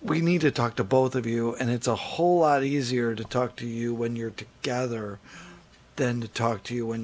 we need to talk to both of you and it's a whole lot easier to talk to you when you're to gather than to talk to you when